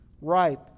ripe